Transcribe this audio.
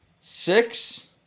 Six